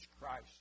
Christ